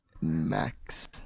Max